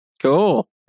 Cool